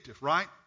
right